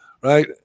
right